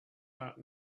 that